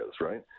right